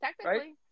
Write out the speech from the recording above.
Technically